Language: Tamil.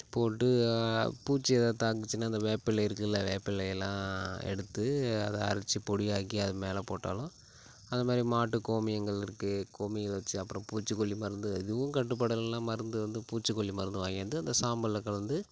போட்டுவிட்டு பூச்சி எதாவது தாக்குச்சுனா அந்த வேப்பில்லை இருக்குல்ல வேப்பில்லை எல்லாம் எடுத்து அதை அரைச்சி பொடியாக்கி அது மேலே போட்டாலும் அது மாதிரி மாட்டு கோமியங்கள் இருக்கு கோமியம் வச்சு அப்புறம் பூச்சிக்கொல்லி மருந்து எதுவும் கட்டுப்படலனா மருந்து வந்து பூச்சிக்கொல்லி மருந்து வாங்கியாந்து அந்த சாம்பலில் கலந்து